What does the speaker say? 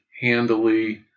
handily